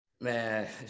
Man